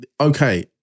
okay